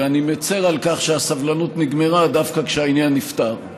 ואני מצר על כך שהסבלנות נגמרה דווקא כשהעניין נפתר.